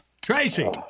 Tracy